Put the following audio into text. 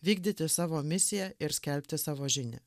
vykdyti savo misiją ir skelbti savo žinią